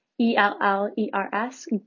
E-L-L-E-R-S